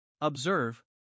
Observe